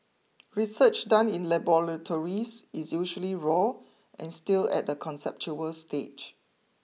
research done in laboratories is usually raw and still at a conceptual stage